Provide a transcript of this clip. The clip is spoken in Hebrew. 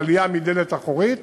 למשל, עלייה מהדלת האחורית,